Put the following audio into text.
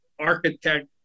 architect